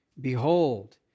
Behold